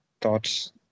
thoughts